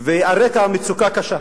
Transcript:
על רקע מצוקה קשה,